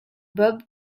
bob